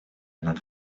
над